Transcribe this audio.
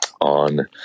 on